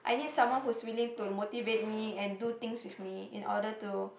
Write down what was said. I need someone who's willing to motivate me and do things with me in order to